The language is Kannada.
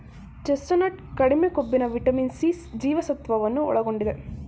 ಚೆಸ್ಟ್ನಟ್ ಕಡಿಮೆ ಕೊಬ್ಬಿನ ವಿಟಮಿನ್ ಸಿ ಜೀವಸತ್ವವನ್ನು ಒಳಗೊಂಡಿದೆ